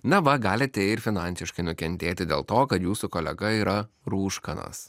na va galite ir finansiškai nukentėti dėl to kad jūsų kolega yra rūškanas